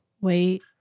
wait